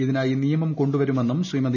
ഇതിനായി നിയമം കൊണ്ടുവരുമെന്നും ശ്രീമതി